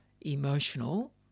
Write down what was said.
emotional